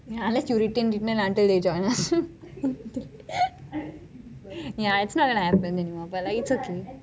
unless you return ~ until they join us ya it's not like I am an admin anymore but eat certain